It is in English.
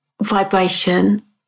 vibration